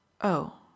Oh